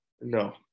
no